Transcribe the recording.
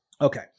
Okay